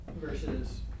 Versus